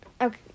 okay